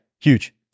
huge